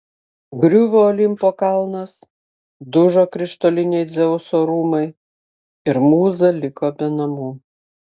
griuvo olimpo kalnas dužo krištoliniai dzeuso rūmai ir mūza liko be namų